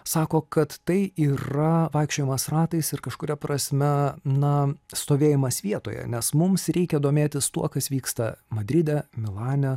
sako kad tai yra vaikščiojimas ratais ir kažkuria prasme na stovėjimas vietoje nes mums reikia domėtis tuo kas vyksta madride milane